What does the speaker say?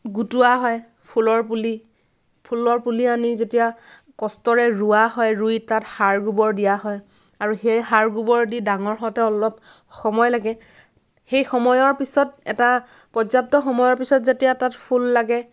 গোটোৱা হয় ফুলৰ পুলি ফুলৰ পুলি আনি যেতিয়া কষ্টৰে ৰুৱা হয় ৰুই তাত সাৰ গোবৰ দিয়া হয় আৰু সেই সাৰ গোবৰ দি ডাঙৰ হওঁতে অলপ সময় লাগে সেই সময়ৰ পিছত এটা পৰ্যাপ্ত সময়ৰ পিছত যেতিয়া তাত ফুল লাগে